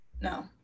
no